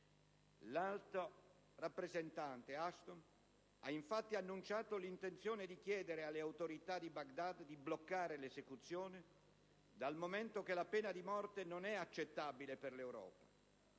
L'alto rappresentante Ashton ha, infatti, annunciato l'intenzione di chiedere alle autorità di Baghdad di bloccare l'esecuzione, dal momento che la pena di morte "non è accettabile" per l'Europa.